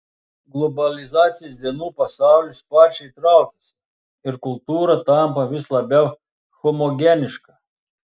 globalizacijos dienų pasaulis sparčiai traukiasi ir kultūra tampa vis labiau homogeniška